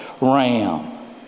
ram